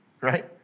right